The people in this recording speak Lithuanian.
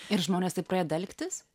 ir žmonės tap pradeda elgtis